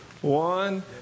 One